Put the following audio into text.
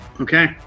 Okay